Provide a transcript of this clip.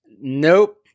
nope